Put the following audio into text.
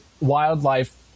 wildlife